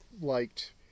liked